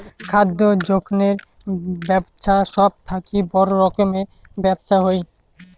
খাদ্য যোখনের বেপছা সব থাকি বড় রকমের ব্যপছা হই